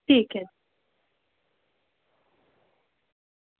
ठीक ऐ